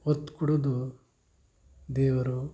ಒತ್ತು ಕೊಡೋದು ದೇವರು